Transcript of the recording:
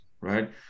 right